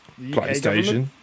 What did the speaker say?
PlayStation